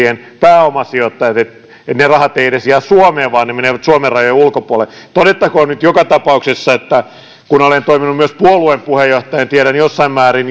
pääomasijoittajat ne rahat eivät edes jää suomeen vaan menevät suomen rajojen ulkopuolelle todettakoon nyt joka tapauksessa että kun olen toiminut myös puolueen puheenjohtajana tiedän jossain määrin